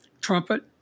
trumpet